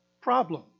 Problem